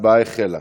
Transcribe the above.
ההצבעה החלה.